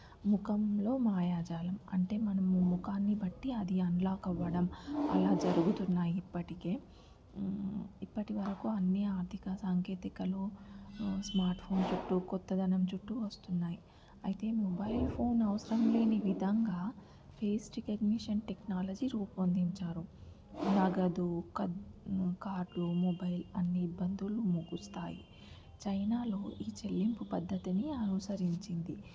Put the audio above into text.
ముఖంలో మాయాజాలం అంటే మనం ముఖాన్ని బట్టి అది అన్లాక్ అవడం అలా జరుగుతున్నాయి ఇప్పటికే ఇప్పటివరకు అన్ని ఆర్థిక సాంకేతికలో స్మార్ట్ ఫోన్ చుట్టూ కొత్తదనం చుట్టూ వస్తున్నాయి అయితే మొబైల్ ఫోన్ అవసరం లేని విధంగా ఫేస్ రికగ్నిషన్ టెక్నాలజీ రూపొందించారు నగదు కత్ కార్లు మొబైల్ అన్ని ఇబ్బందులు ముగుస్తాయి చైనాలో ఈ చెల్లింపు పద్ధతిని అనుసరించింది